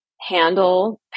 handle